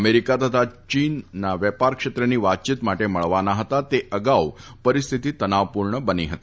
America તથા ચીન વેપાર ક્ષેત્રની વાતચીત માટે મળવાના ફતા તે અગાઉ પરિસ્થિતિ તનાવપૂર્ણ બની ફતી